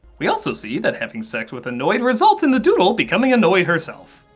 we also see that having sex with a noid results in the doodle becoming a noid herself.